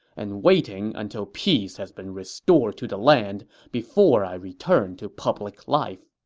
and waiting until peace has been restored to the land before i return to public life.